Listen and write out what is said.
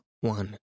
one